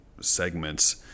segments